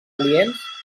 aliens